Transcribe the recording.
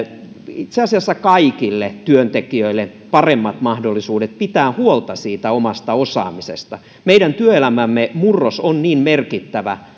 itse asiassa kaikille työntekijöille paremmat mahdollisuudet pitää huolta siitä omasta osaamisesta meidän työelämämme murros on niin merkittävä